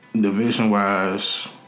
Division-wise